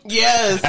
yes